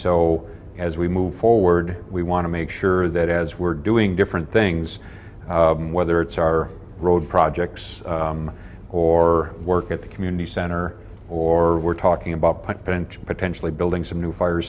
so as we move forward we want to make sure that as we're doing different things whether it's our road projects or work at the community center or we're talking about potentially potentially building some new fire